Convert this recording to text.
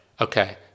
Okay